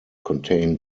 contain